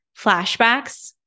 flashbacks